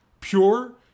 pure